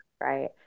right